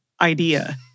Idea